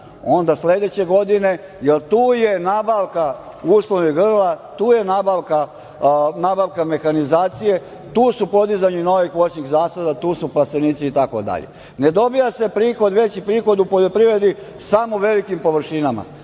onda sledeće godine jer tu je nabavka uslovnih grla, tu je nabavka mehanizacije, tu su podizanja novih voćnih zasada, tu su plastenici itd. Ne dobija se veći prihod u poljoprivredi samo u velikim površinama,